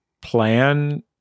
plan